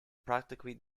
practically